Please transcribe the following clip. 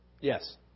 Yes